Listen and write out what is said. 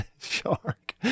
shark